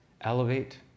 elevate